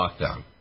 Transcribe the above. lockdown